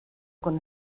con